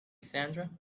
sandra